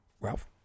Ralph